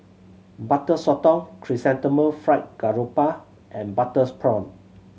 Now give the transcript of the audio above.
Butter Sotong Chrysanthemum Fried Garoupa and butter prawn